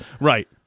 Right